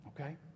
Okay